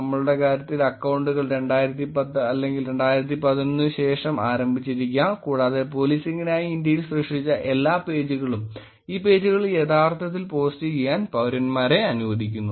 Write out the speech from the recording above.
നമ്മളുടെ കാര്യത്തിൽ അക്കൌണ്ടുകൾ 2010 അല്ലെങ്കിൽ 2011 ന് ശേഷം ആരംഭിച്ചിരിക്കാംകൂടാതെ പോലീസിംഗിനായി ഇന്ത്യയിൽ സൃഷ്ടിച്ച എല്ലാ പേജുകളും ഈ പേജുകളിൽ യഥാർത്ഥത്തിൽ പോസ്റ്റുചെയ്യാൻ പൌരന്മാരെ അനുവദിക്കുന്നു